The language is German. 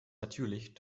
natürlich